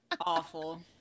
Awful